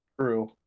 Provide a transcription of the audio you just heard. true